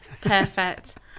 Perfect